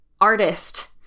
artist